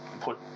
put